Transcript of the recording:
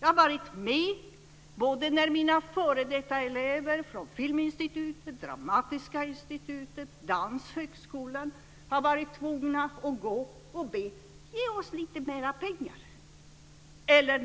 Jag var med när mina f.d. Danshögskolan var tvungna att gå och be om mera pengar.